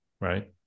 Right